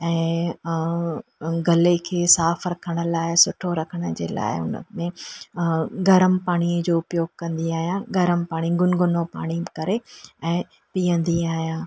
ऐं गले खे साफ़ु रखण लाइ सुठो रखण जे लाइ उन में गर्म पाणीअ जो उपयोगु कंदी आहियां गर्म पाणी गुनगुनो पाणी करे ऐं पीअंदी आहियां